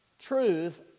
Truth